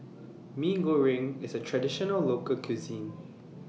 Mee Goreng IS A Traditional Local Cuisine